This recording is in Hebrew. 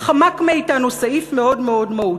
מאתנו סעיף מאוד מאוד מהותי,